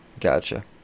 gotcha